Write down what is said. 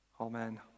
Amen